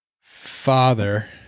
father